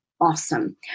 Awesome